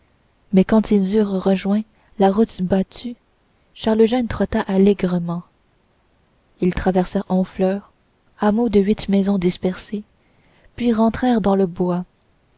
mais quand ils eurent rejoint la route battue charles eugène trotta allègrement ils traversèrent honfleur hameau de huit maisons dispersées puis rentrèrent dans le bois